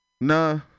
Nah